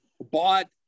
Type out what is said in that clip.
bought